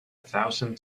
thousand